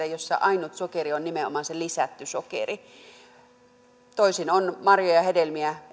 joissa ainut sokeri on nimenomaan se lisätty sokeri toisin on esimerkiksi marjoja ja hedelmiä